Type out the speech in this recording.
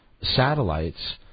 satellites